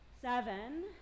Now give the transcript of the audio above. seven